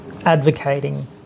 advocating